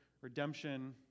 redemption